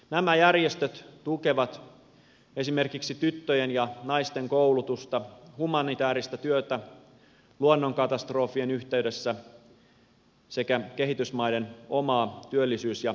nämä järjestöt tukevat esimerkiksi tyttöjen ja naisten koulutusta humanitääristä työtä luonnonkatastrofien yhteydessä sekä kehitysmaiden omaa työllisyys ja yrityskehitystä